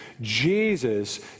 Jesus